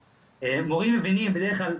מורים מבינים בדרך כלל,